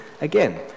again